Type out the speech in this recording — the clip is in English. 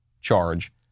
charge